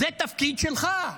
זה תפקיד שלך.